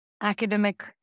academic